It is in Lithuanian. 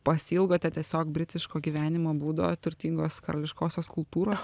pasiilgote tiesiog britiško gyvenimo būdo turtingos karališkosios kultūros ar